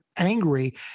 angry